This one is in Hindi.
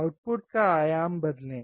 आउटपुट का आयाम बदलें